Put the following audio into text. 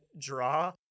draw